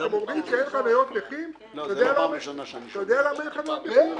אתם אומרים שאין חניות נכים אתה יודע למה אין חניות נכים?